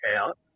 out